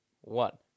one